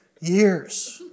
years